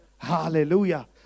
hallelujah